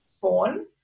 born